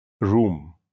room